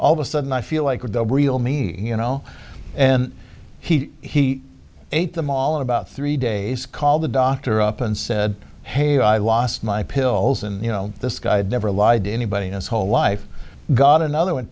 all of a sudden i feel like a double real me you know and he ate them all in about three days call the doctor up and said hey i lost my pills and you know this guy had never lied to anybody as whole life got another